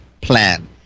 plan